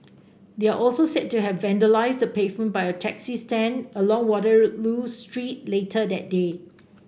they are also said to have vandalised the pavement by a taxi stand along Waterloo Street later that day